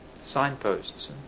signposts